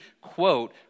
quote